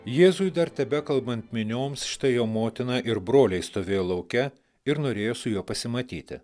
jėzui dar tebekalbant minioms štai jo motina ir broliai stovėjo lauke ir norėjo su juo pasimatyti